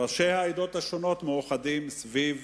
ראשי העדות השונות מאוחדים סביב